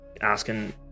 asking